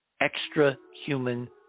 extra-human